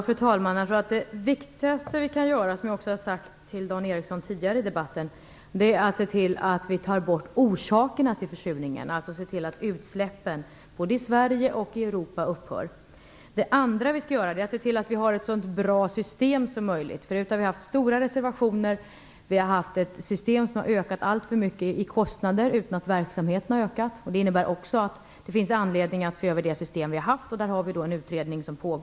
Fru talman! Jag tror att det viktigaste vi kan göra, vilket jag också har sagt till Dan Ericsson tidigare i debatten, är att se till att vi tar bort orsakerna till försurningen. Det gäller att se till att utsläppen både i Vi måste också se till att vi har ett så bra system som möjligt. Tidigare har vi haft stora reservationer. Vi har haft ett system där kostnaderna har ökat alltför mycket utan att verksamheten har ökat. Det innebär också att det finns anledning att se över det system vi har haft. På det området pågår en utredning.